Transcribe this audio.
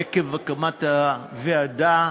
עקב הקמת הוועדה.